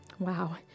Wow